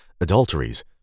adulteries